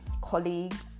colleagues